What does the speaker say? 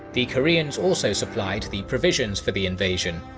the koreans also supplied the provisions for the invasion,